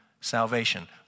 salvation